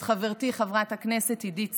את חברתי חברת הכנסת עידית סילמן,